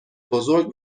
بزرگ